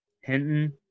Hinton